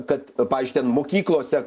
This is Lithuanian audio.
kad pavyzdžiui ten mokyklose